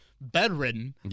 bedridden